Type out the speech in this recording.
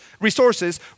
resources